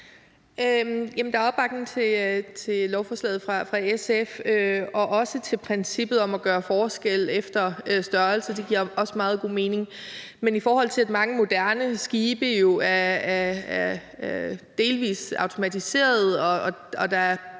Der er opbakning til lovforslaget fra SF og også til princippet om at gøre forskel efter størrelse. Det giver også meget god mening. Men i forhold til at mange moderne skibe jo er delvis automatiserede og der i